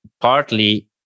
partly